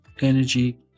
energy